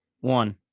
One